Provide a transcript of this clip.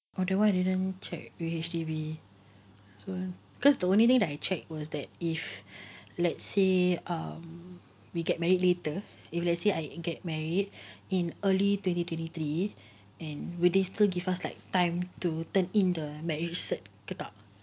oh that one I didn't check err H_D_B because the only thing that I check was that if let's say um we get married later if let's say I get married in early twenty twenty three and will they still give us like time to turn in the marriage certificate ke tak